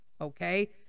okay